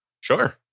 Sure